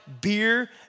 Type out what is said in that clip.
beer